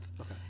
Okay